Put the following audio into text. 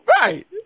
Right